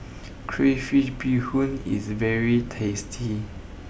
Crayfish BeeHoon is very tasty